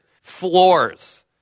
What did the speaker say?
floors